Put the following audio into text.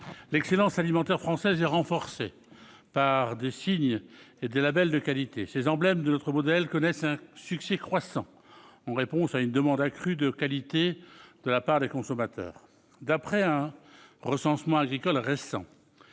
L'excellence alimentaire française est renforcée par les signes et les labels de qualité. Ces emblèmes de notre modèle connaissent un succès croissant, en réponse à une demande accrue de qualité de la part des consommateurs. D'après un recensement agricole récent,